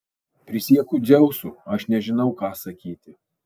prisiekiu dzeusu aš nežinau ką sakyti